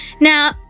Now